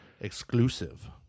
Exclusive